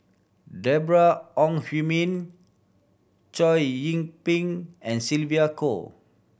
Deborah Ong Hui Min Chow Yian Ping and Sylvia Kho